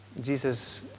Jesus